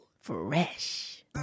Fresh